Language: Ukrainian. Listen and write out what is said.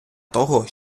того